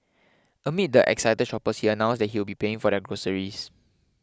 amid the excited shoppers he announced that he would be paying for their groceries